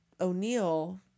O'Neill